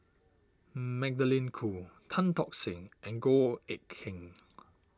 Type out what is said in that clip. Magdalene Khoo Tan Tock Seng and Goh Eck Kheng